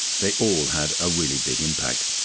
they all had a really big impact,